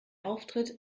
auftritt